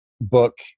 book